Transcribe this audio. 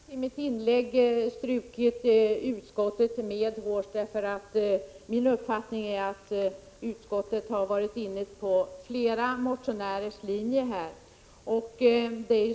Fru talman! I mitt förra inlägg strök jag faktiskt utskottet medhårs. Min uppfattning är att utskottet har varit inne på flera motionärers linje här.